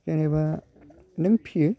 जेनेबा नों फिसियो